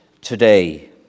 today